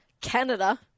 Canada